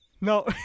No